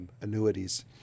annuities